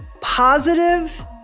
positive